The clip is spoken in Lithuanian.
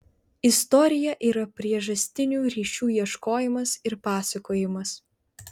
istorija yra priežastinių ryšių ieškojimas ir pasakojimas